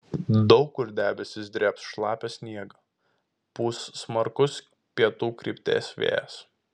daug kur debesys drėbs šlapią sniegą pūs smarkus pietų krypties vėjas